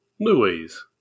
Louise